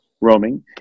roaming